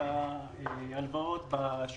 הצעה לסדר היום בנושא: יצירת מתווה חילוץ לווים